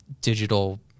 Digital